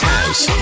House